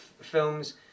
films